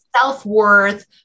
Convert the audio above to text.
self-worth